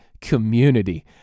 community